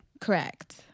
Correct